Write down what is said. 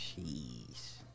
Jeez